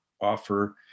offer